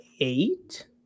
eight